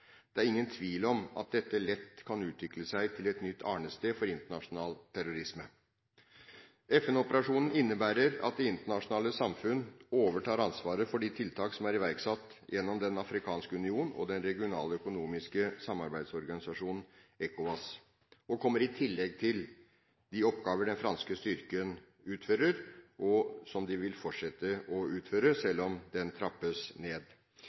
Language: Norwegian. Det er ingen tvil om at dette lett kan utvikle seg til et nytt arnested for internasjonal terrorisme. FN-operasjonen innebærer at det internasjonale samfunnet overtar ansvaret for de tiltak som er iverksatt gjennom Den afrikanske union og den regionale økonomiske samarbeidsorganisasjonen ECOWAS og kommer i tillegg til de oppgaver den franske styrken utfører, og som de vil fortsette å utføre, selv om den trappes ned.